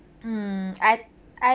mm I I